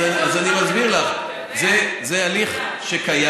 אז אני מסביר לך, זה הליך שקיים.